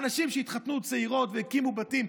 הן נשים שהתחתנו צעירות והקימו בתים,